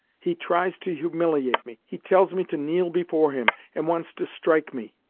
he tries to humiliate me he tells me to kneel before him, and wants to strike me.